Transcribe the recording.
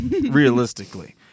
realistically